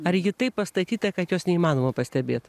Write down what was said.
ar ji taip pastatyta kad jos neįmanoma pastebėt